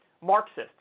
Marxists